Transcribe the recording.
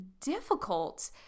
difficult